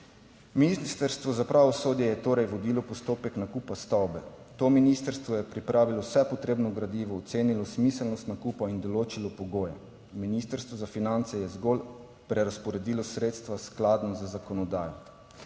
Ministrstvo za pravosodje je torej vodilo postopek nakupa stavbe. To ministrstvo je pripravilo vse potrebno gradivo, ocenilo smiselnost nakupa in določilo pogoje. Ministrstvo za finance je zgolj prerazporedilo sredstva, skladno z zakonodajo.